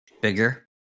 bigger